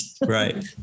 Right